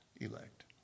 elect